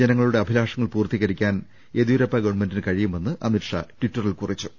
ജനങ്ങളുടെ അഭിലാഷങ്ങൾ പൂർത്തീകരിക്കാൻ യെദ്യൂരപ്പ ഗവൺമെന്റിന് കഴിയുമെന്ന് അമിത്ഷാ ടിറ്റ റിൽ കുറിച്ചു